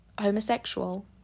homosexual